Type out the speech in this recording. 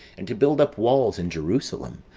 and to build up walls in jerusalem,